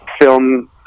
Film